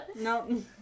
No